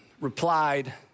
replied